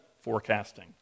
forecasting